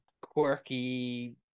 quirky